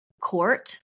court